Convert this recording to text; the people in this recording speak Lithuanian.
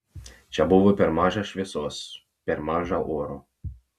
čia buvo per maža šviesos per maža oro